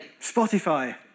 Spotify